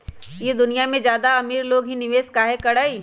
ई दुनिया में ज्यादा अमीर लोग ही निवेस काहे करई?